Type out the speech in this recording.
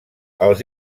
els